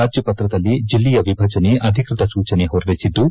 ರಾಜ್ಯಪತ್ರದಲ್ಲಿ ಜಿಲ್ಲೆಯ ವಿಭಜನೆ ಅಧಿಕೃತ ಸೂಚನೆ ಹೊರಡಿಸಿದ್ದು